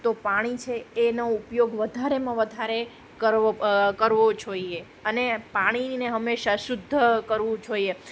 તો પાણી છે એનો ઉપયોગ વધારેમાં વધારે કરવો કરવો જોઈએ અને પાણીને હંમેશાં શુદ્ધ કરવું જોઈએ